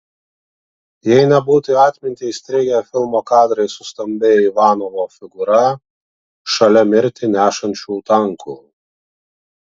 jei nebūtų į atmintį įstrigę filmo kadrai su stambia ivanovo figūra šalia mirtį nešančių tankų